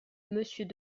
monsieur